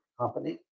company